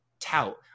tout